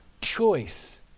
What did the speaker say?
choice